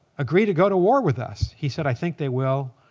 agree to go to war with us? he said, i think they will.